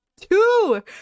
two